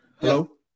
Hello